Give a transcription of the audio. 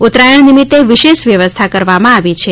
ઉત્તરાયણ નિમિત્તે વિશેષ વ્યવસ્થા કરવામાં આવી છે